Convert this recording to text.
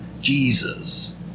Jesus